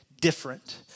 different